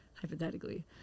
hypothetically